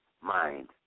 mind